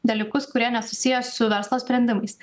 dalykus kurie nesusiję su verslo sprendimais